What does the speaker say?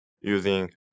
using